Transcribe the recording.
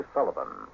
Sullivan